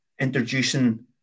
introducing